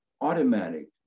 automatic